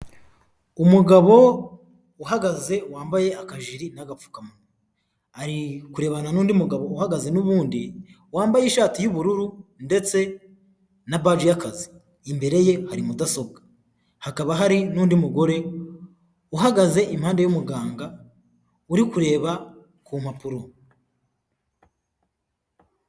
Umugabo uhagaze wambaye akajiri n'agapfukanwa, ari kurebana n'undi mugabo uhagaze nubundi, wambaye ishati y'ubururu ndetse na baji y'akazi, imbere ye hari mudasobwa, hakaba hari n'undi mugore uhagaze impande y'umuganga uri kureba ku mpapuro.